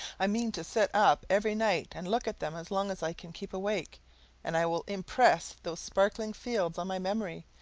i mean to sit up every night and look at them as long as i can keep awake and i will impress those sparkling fields on my memory,